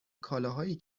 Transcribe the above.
کالاهایی